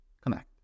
connect